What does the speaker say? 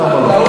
למה לא?